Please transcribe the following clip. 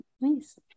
Nice